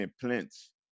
plants